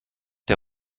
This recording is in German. der